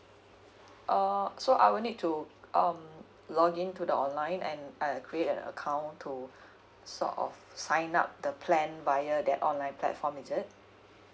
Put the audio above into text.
ah so I will need to um login to the online and create an account to sort of sign up the plan via that online platform is it